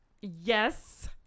Yes